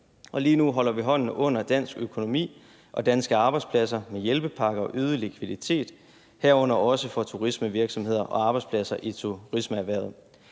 lige nu holder vi hånden under dansk økonomi og danske arbejdspladser med hjælpepakker og øget likviditet, herunder også fra turismevirksomheder og arbejdspladser i turismeerhvervet.